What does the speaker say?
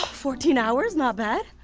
fourteen hours? not bad.